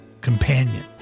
Companion